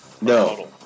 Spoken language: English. No